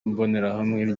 imbonerahamwe